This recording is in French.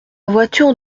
voiture